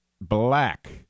Black